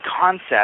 concept